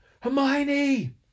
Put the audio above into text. Hermione